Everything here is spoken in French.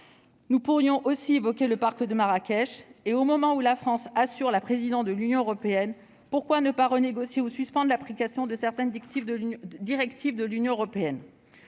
Nous pourrions aussi évoquer le pacte de Marrakech. Au moment où la France assure la présidence du Conseil de l'Union européenne, pourquoi ne pas renégocier ou suspendre l'application de certaines directives de l'Union européenne ?